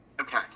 Okay